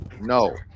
No